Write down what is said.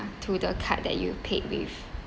to the card that you paid with